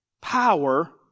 power